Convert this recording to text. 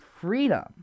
freedom